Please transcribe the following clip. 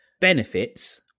benefits